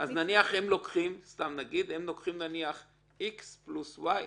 לוקחים X פלוס Y,